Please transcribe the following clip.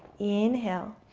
inhale.